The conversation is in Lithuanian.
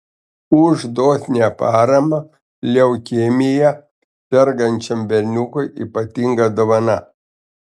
už dosnią paramą leukemija sergančiam berniukui ypatinga dovana